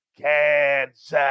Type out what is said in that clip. Kansas